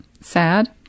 sad